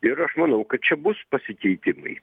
ir aš manau kad čia bus pasikeitimai